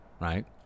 Right